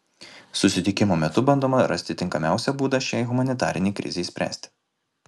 susitikimo metu bandoma rasti tinkamiausią būdą šiai humanitarinei krizei spręsti